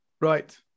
right